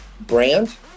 brand